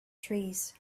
trees